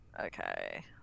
Okay